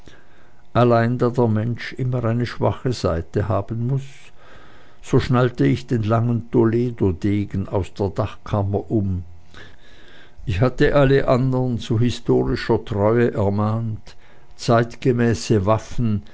allein da der mensch immer eine schwache seite haben muß so schnallte ich den langen toledodegen aus der dachkammer um ich hatte alle anderen zu historischer treue ermahnt zeitgemäße waffen